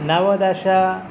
नवदश